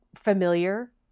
familiar